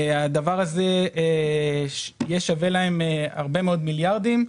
הדבר הזה יהיה שווה להם הרבה מאוד מיליארדים,